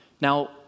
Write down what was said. Now